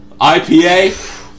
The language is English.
IPA